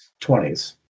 20s